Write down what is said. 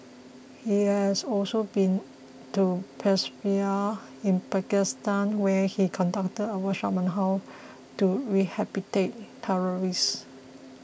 he has also been to Peshawar in Pakistan where he conducted a workshop on how to rehabilitate terrorists